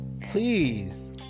please